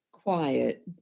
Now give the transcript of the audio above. quiet